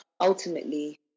ultimately